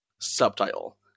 subtitle